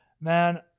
man